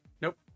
Nope